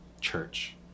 church